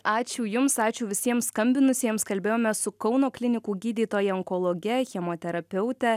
ačiū jums ačiū visiems skambinusiems kalbėjome su kauno klinikų gydytoja onkologe chemoterapeute